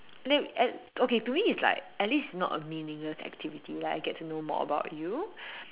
no as okay to me it's like at least it's not a meaningless activity like I get to know more about you